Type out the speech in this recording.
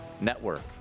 Network